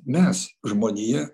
mes žmonija